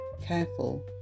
careful